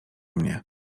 mnie